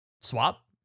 swap